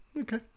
Okay